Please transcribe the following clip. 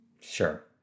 Sure